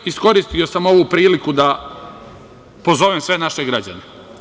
Iskoristio sam ovu priliku da pozovem sve naše građane.